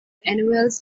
annuals